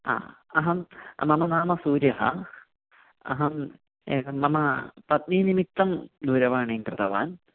हा अहं मम नाम सूर्यः अहम् एकं मम पत्नी निमित्तं दूरवाणीं कृतवान्